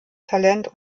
talent